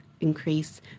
increase